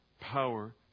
power